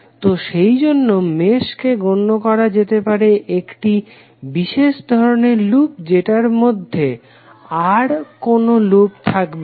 তো সেইজন্য মেশকে গণ্য করা যেতে পারে একটি বিশেষ ধরনের লুপ যেটার ভিতরে আর কোনো লুপ থাকবে না